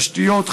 תשתיות,